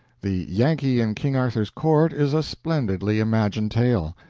the yankee in king arthur's court is a splendidly imagined tale.